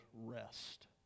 rest